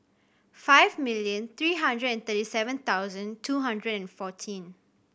five million three hundred and thirty seven thousand two hundred and fourteen